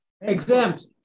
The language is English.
Exempt